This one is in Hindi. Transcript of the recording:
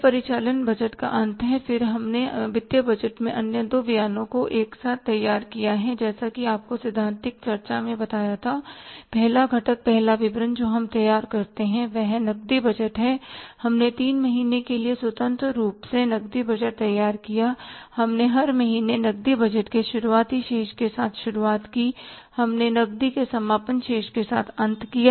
यह परिचालन बजट का अंत है फिर हमने वित्तीय बजट में अन्य दो बयानों को एक साथ तैयार किया जैसा कि मैंने आपको सैद्धांतिक चर्चा में बताया था पहला घटक पहला विवरण जो हम तैयार करते हैं वह नकदी बजट है हमने तीन महीने के लिए स्वतंत्र रूप से नकदी बजट तैयार किया हमने हर महीने नकदी बजट के शुरुआती शेष के साथ शुरुआत की हमने नकदी के समापन शेष के साथ अंत किया